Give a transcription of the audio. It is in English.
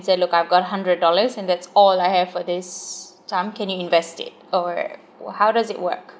say look I've got hundred dollars and that's all I have for this time can you invest it or how does it work